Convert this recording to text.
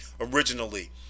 Originally